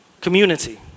community